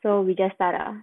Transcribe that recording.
so we just start ah